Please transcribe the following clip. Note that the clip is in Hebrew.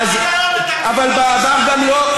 אבל בעבר גם לא,